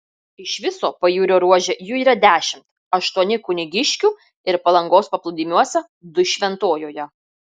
iš viso pajūrio ruože jų yra dešimt aštuoni kunigiškių ir palangos paplūdimiuose du šventojoje